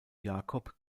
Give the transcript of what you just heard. jakob